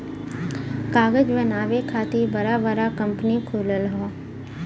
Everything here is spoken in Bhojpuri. कागज बनावे खातिर बड़ा बड़ा कंपनी खुलल हौ